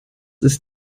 ist